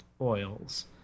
oils